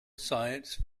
science